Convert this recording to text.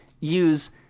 use